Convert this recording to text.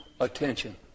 attention